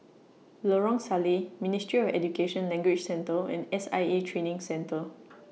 Lorong Salleh Ministry of Education Language Centre and S I A Training Centre